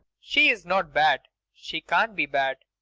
she is not bad. she can't be bad.